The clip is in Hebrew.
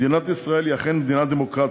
מדינת ישראל היא אכן מדינה דמוקרטית,